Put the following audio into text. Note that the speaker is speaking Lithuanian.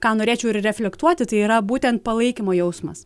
ką norėčiau ir reflektuoti tai yra būtent palaikymo jausmas